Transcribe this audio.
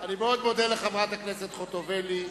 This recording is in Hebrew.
אני מאוד מודה לחברת הכנסת חוטובלי.